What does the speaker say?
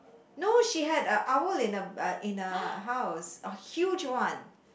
no she had a owl in a uh in a house a huge one